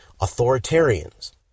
authoritarians